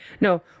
No